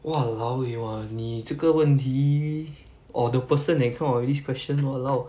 !walao! eh !wah! 你这个问题 or the person that come out with this question !walao!